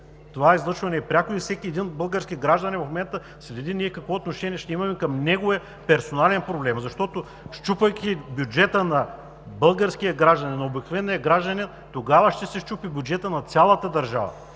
Това излъчване е пряко и всеки един български гражданин следи какво отношение ще имаме към неговия персонален проблем. Защото, счупвайки бюджета на българския гражданин, на обикновения гражданин, ще се счупи бюджетът на цялата държава,